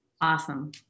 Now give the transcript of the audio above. Awesome